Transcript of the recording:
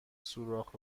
سوراخ